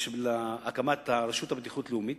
להקמת הרשות לבטיחות לאומית,